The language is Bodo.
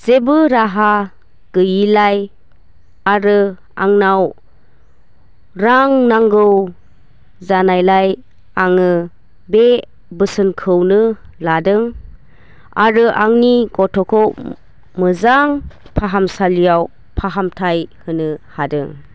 जेबो राहा गैयिलाय आरो आंनो रां नांगौ जानायलाय आङो बे बोसोनखौनो लादों आरो आंनि गथ'खौ मोजां फाहामसालियाव फाहामथाय होनो हादों